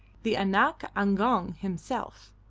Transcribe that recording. the anak agong himself.